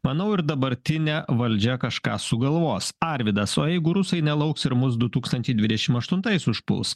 manau ir dabartinė valdžia kažką sugalvos arvydas o jeigu rusai nelauks ir mus du tūkstančiai dvidešimt aštuntais užpuls